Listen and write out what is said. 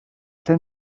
ten